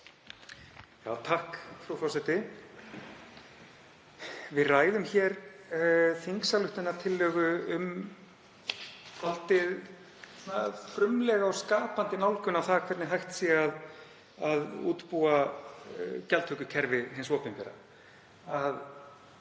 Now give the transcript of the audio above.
Frú forseti. Við ræðum hér þingsályktunartillögu um dálítið frumlega og skapandi nálgun á það hvernig hægt er að útbúa gjaldtökukerfi hins opinbera.